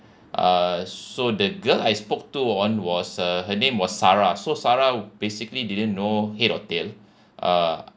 uh so the girl I spoke to on was uh her name was sarah so sarah basically didn't know head or tail uh